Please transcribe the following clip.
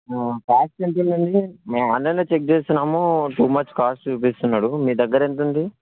cost ఎంతుందండి మేము ఆన్లైన్లో చెక్ చేస్తున్నాము టూ మచ్ కాస్ట్ చూపిస్తున్నాడు మీ దగ్గర ఎంతుంది